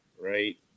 right